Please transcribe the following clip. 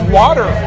water